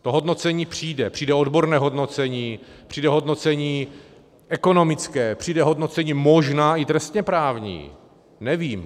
To hodnocení přijde, přijde odborné hodnocení, přijde hodnocení ekonomické, přijde hodnocení možná i trestněprávní, nevím.